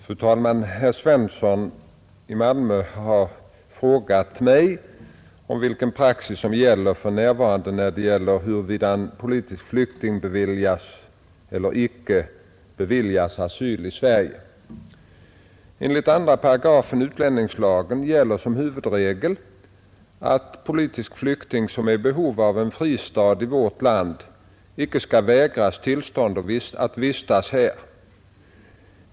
Fru talman! Herr Svensson i Malmö har frågat mig om vilken praxis som gäller för närvarande när det gäller huruvida en politisk flykting beviljas eller icke beviljas asyl i Sverige. Enligt 2 § utlänningslagen gäller som huvudregel att politisk flykting som är i behov av fristad i vårt land inte skall vägras tillstånd att vistas här.